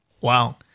wow